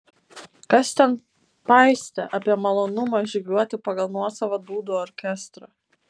kas ten paistė apie malonumą žygiuoti pagal nuosavą dūdų orkestrą